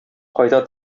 кайта